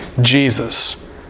jesus